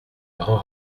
grand